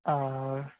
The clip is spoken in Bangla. আর